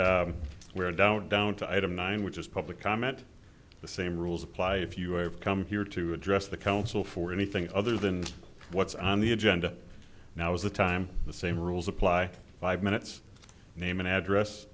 right we're down down to item nine which is public comment the same rules apply if you ever come here to address the council for anything other than what's on the agenda now is the time the same rules apply five minutes name and address